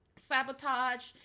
Sabotage